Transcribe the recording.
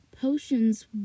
potions